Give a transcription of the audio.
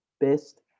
best